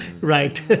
Right